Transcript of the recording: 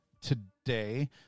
today